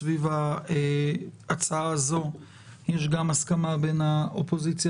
סביב ההצעה הזאת יש גם הסכמה בין האופוזיציה